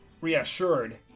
reassured